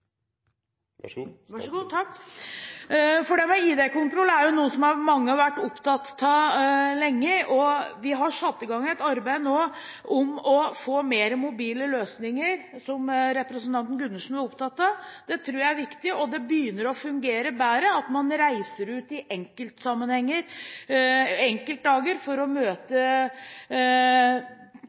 noe mange har vært opptatt av lenge, og vi har satt i gang et arbeid nå for å få mer mobile løsninger, som representanten Gundersen var opptatt av. Det tror jeg er viktig, og det begynner å fungere bedre, at man reiser ut i enkeltsammenhenger, på enkeltdager, for å møte